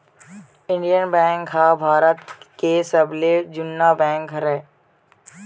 Indian bank ह भारत के सबले जुन्ना बेंक हरय